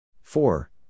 Four